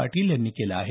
पाटील यांनी केला आहे